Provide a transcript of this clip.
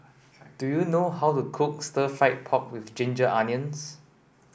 do you know how to cook stir fried pork with ginger onions